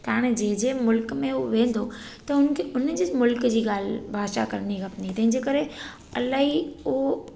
त हाणे जंहिं जंहिं मुल्क में उहो वेंदो त हुनखे उनजे मुल्क़ जी ॻाल्हि भाषा करणी खपणी तंहिंजे करे अलाई ऊ